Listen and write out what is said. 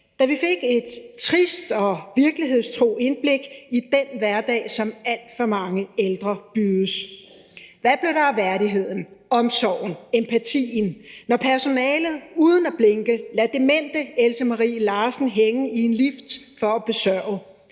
da vi fik et trist og virkelighedstro indblik i den hverdag, som alt for mange ældre bydes. Hvad blev der af værdigheden, omsorgen, empatien, når personalet uden at blinke lader demente Else Marie Larsen hænge i en lift for at besørge,